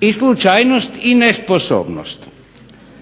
i slučajnost i nesposobnost.